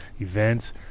events